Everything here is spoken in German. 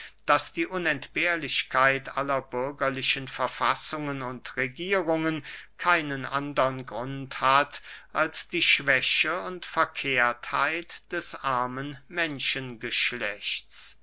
daß die unentbehrlichkeit aller bürgerlichen verfassungen und regierungen keinen andern grund hat als die schwäche und verkehrtheit des armen